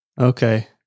Okay